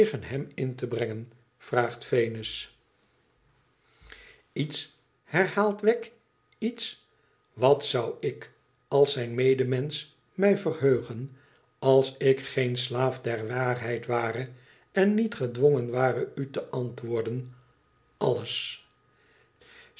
tegen hem in te brengen vraagt venus herhaalt wegg iets wat zou ik als zijn medemensch mij verheugen als ik geen slaaf der waarheid ware en niet gedwongen ware u te antwoorden